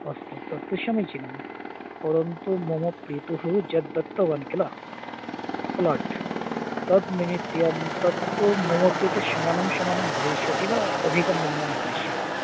अस्तु तत्तु समीचीनं पुर्वं तु मम पितुः यत् दत्तवान् किल प्लाट् तत् निमित्तं तत्तु मम कृते समानं समानं भविष्यति न अधिकं न्यूनं भविष्यति